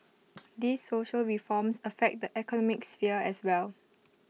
these social reforms affect the economic sphere as well